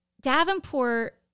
Davenport